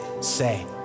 say